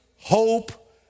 hope